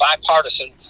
bipartisan